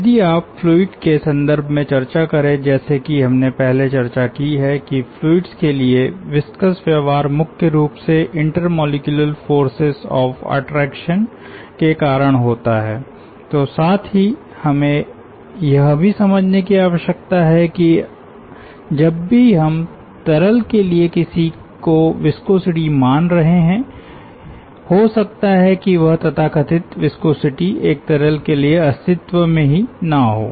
यदि आप फ्लूइड के सन्दर्भ में चर्चा करे जैसे कि हमने पहले चर्चा की है कि फ्लुइड्स के लिए विस्कस व्यवहार मुख्य रूप से intermolecular forces of attraction के कारण होता हैतो साथ ही हमें यह भी समझने की आवश्यकता है कि जब भी हम तरल के लिए किसी को विस्कोसिटी मान रहे हैं हो सकता है कि वह तथाकथित विस्कोसिटी एक तरल के लिए अस्तित्व में ही ना हो